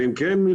האם כן,